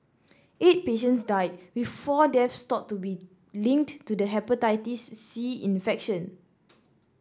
eight patients died with four deaths thought to be linked to the Hepatitis C infection